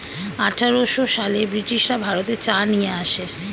আঠারোশো সালে ব্রিটিশরা ভারতে চা নিয়ে আসে